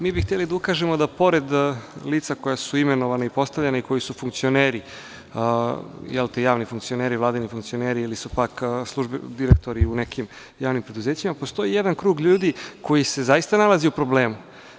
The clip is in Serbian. Mi bi hteli da ukažemo da, pored lica koja su imenovana i postavljena i koji su funkcioneri, javni funkcioneri, vladini funkcioneri ili su pak direktori u nekim javnim preduzećima, postoji jedan krug ljudi koji se zaista nalazi u problemu.